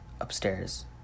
upstairs